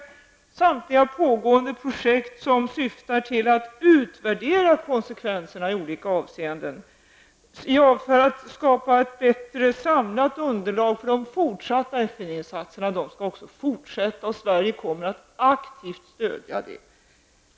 Samtliga pågående projekt som syftar till att utvärdera konsekvenserna i olika avseenden för att skapa ett bättre samlat underlag för de fortsatta FN-insatserna skall fortsätta. Sverige kommer aktivt att stödja det.